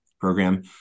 program